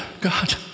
God